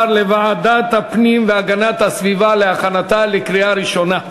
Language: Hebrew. והיא תועבר לוועדת הפנים והגנת הסביבה להכנתה לקריאה ראשונה.